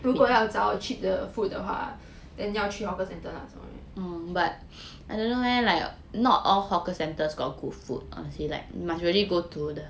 如果要找 cheap 的 food 的话 then 你要去 hawker center 那种 leh